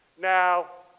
now,